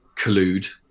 collude